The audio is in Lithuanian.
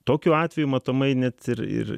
tokiu atveju matomai net ir ir